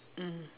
mm